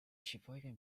sheboygan